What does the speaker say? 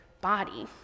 body